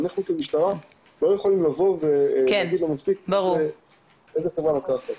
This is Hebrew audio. אנחנו כמשטרה לא יכולים לומר למפיק איזו חברה לקחת.